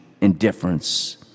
indifference